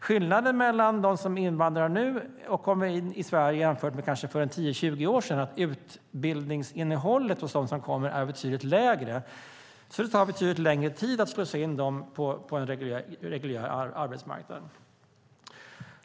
Skillnaden mellan de som invandrar och kommer in i Sverige nu och de som kom hit för 10-20 år sedan är att utbildningsnivån hos dem som kommer nu är betydligt lägre, så det tar betydligt längre tid att slussa in dem på den reguljära arbetsmarknaden.